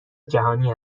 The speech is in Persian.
جهانی